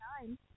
time